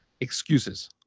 excuses